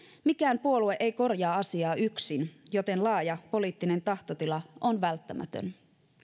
mikään puolue ei korjaa asiaa yksin joten laaja poliittinen tahtotila on välttämätön